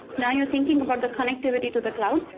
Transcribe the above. now you're thinking about the connectivity to the cloud.